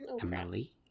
Emily